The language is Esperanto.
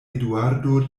eduardo